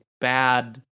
bad